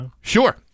Sure